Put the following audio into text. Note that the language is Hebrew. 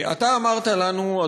אתה אמרת לנו,